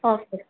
okay